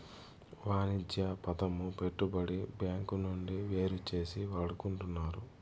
వాణిజ్య పదము పెట్టుబడి బ్యాంకు నుండి వేరుచేసి వాడుకుంటున్నారు